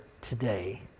today